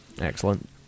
excellent